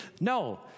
No